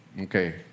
Okay